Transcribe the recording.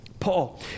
Paul